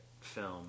film